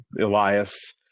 Elias